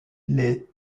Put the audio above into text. les